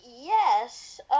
Yes